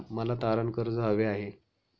मला तारण कर्ज हवे आहे